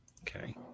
Okay